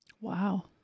wow